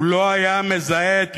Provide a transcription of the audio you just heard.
הוא לא היה מזהה את יורשיו,